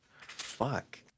Fuck